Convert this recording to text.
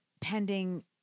pending